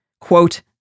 quote